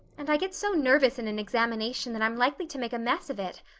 and i get so nervous in an examination that i'm likely to make a mess of it.